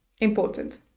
important